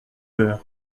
heures